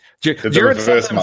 Jared